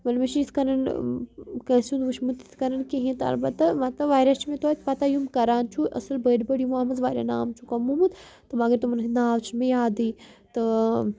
مطلب مےٚ چھِ یِتھ کَنَن کٲنٛسہِ ہُنٛد وٕچھمُتھ تِتھ کَنَن کِہیٖنۍ تہٕ البتہ مطلب واریاہ چھِ مےٚ توتہِ پَتہ یِم کَران چھُ اَصٕل بٔڑۍ بٔڑۍ یِمو اَتھ منٛز واریاہ نام چھُ کَمومُت تہٕ مگر تِمَن ہٕنٛدۍ ناو چھِنہٕ مےٚ یادٕے تہٕ